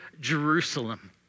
Jerusalem